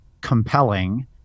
compelling